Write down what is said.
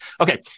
Okay